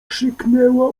krzyknęła